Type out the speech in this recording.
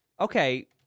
okay